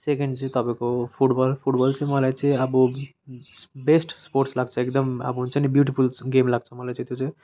अनि सेकेन्ड चाहिँ तपाईँको फुटबल फुटबल चाहिँ मलाई चाहिँ अब बेस्ट स्पोर्टस् लाग्छ एकदम अब हुन्छ नि ब्युटिफुल गेम लाग्छ मलाई चाहिँ त्यो चाहिँ